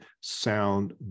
sound